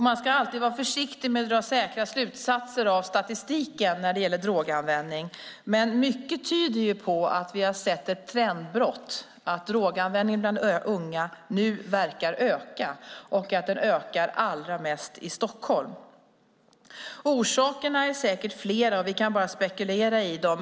Man ska alltid vara försiktig med att dra säkra slutsatser av statistiken när det gäller droganvändning, men mycket tyder på att vi har sett ett trendbrott och att droganvändningen bland unga nu verkar öka och att den ökar allra mest i Stockholm. Orsakerna är säkert flera, och vi kan bara spekulera i dem.